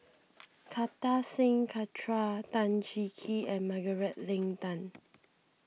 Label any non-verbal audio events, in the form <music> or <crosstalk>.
Kartar Singh <unintelligible> Tan Cheng Kee and Margaret Leng Tan